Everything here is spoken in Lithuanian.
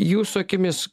jūsų akimis